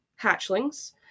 hatchlings